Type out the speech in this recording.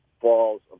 falls